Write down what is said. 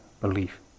belief